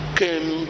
came